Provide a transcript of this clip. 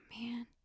man